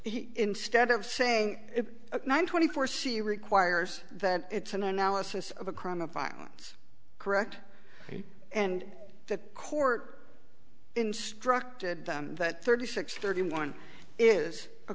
he instead of saying nine twenty four she requires that it's an analysis of a crime of violence correct and that court instructed them that thirty six thirty one is a